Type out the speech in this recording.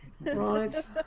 Right